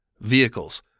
Vehicles